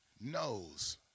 knows